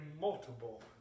multiple